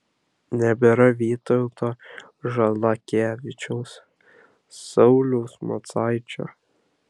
nebėra vytauto žalakevičiaus sauliaus macaičio